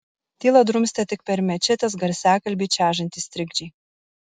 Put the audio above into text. tylą drumstė tik per mečetės garsiakalbį čežantys trikdžiai